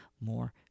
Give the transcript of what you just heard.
more